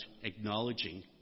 acknowledging